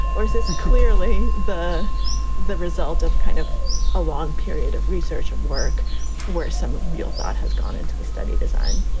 or is this and clearly the the result of kind of a long period of research at work where some real thought has gone into the study design?